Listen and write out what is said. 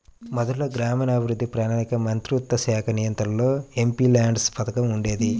మొదట్లో గ్రామీణాభివృద్ధి, ప్రణాళికా మంత్రిత్వశాఖ నియంత్రణలో ఎంపీల్యాడ్స్ పథకం ఉండేది